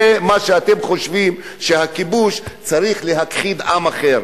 זה מה שאתם חושבים, שהכיבוש צריך להכחיד עם אחר.